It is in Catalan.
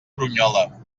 brunyola